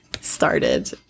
started